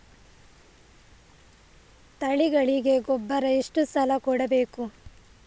ತಳಿಗಳಿಗೆ ಗೊಬ್ಬರ ಎಷ್ಟು ಸಲ ಕೊಡಬೇಕು?